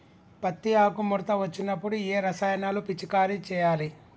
పత్తి ఆకు ముడత వచ్చినప్పుడు ఏ రసాయనాలు పిచికారీ చేయాలి?